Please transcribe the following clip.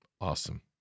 awesome